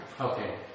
Okay